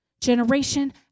Generation